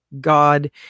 God